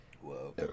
Whoa